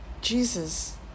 Jesus